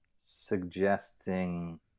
suggesting